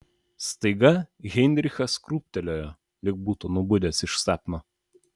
staiga heinrichas krūptelėjo lyg būtų nubudęs iš sapno